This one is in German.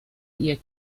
ihr